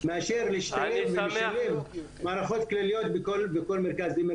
לעומת להשתלב ולשלב מערכות כלליות בכל מרכז ומרכז.